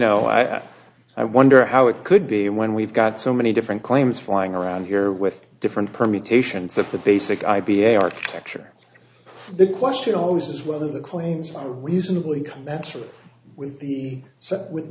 know i i wonder how it could be when we've got so many different claims flying around here with different permutations that the basic i p a architecture the question always is whether the claims reasonably come naturally with